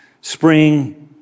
Spring